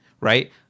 right